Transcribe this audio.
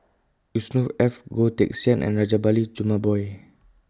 Yusnor Ef Goh Teck Sian and Rajabali Jumabhoy